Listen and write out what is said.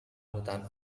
hutan